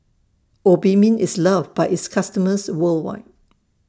Obimin IS loved By its customers worldwide